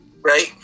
Right